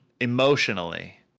emotionally